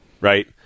right